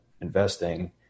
investing